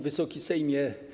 Wysoki Sejmie!